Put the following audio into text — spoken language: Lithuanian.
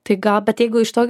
tai gal bet jeigu iš to